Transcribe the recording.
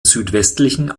südwestlichen